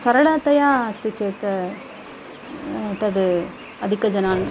सरलतया अस्ति चेत् तद् अधिकजनान्